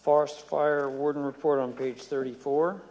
forest fire warden report on page thirty four